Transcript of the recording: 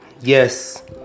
Yes